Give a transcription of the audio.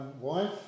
wife